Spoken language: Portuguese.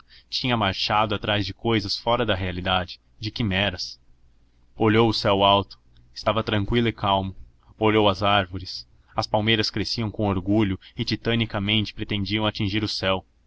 tinha marchado atrás de cousas fora da realidade de quimeras olhou o céu alto estava tranqüilo e calmo olhou as árvores as palmeiras cresciam com orgulho e titanicamente pretendiam atingir o céu